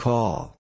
Call